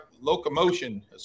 locomotion